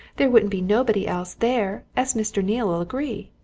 there wouldn't be nobody else there as mr. neale'll agree.